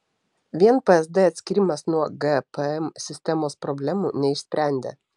vien psd atskyrimas nuo gpm sistemos problemų neišsprendė